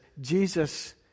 Jesus